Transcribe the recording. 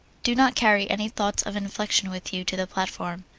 do not carry any thoughts of inflection with you to the platform.